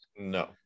no